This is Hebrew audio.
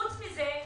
חוץ מזה,